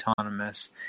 autonomous